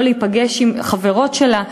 לא להיפגש עם חברות שלה.